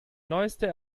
neueste